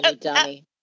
dummy